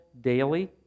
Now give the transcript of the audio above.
daily